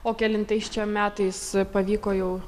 o kelintais metais pavyko jau